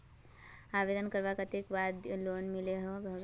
आवेदन करवार कते दिन बाद लोन मिलोहो होबे?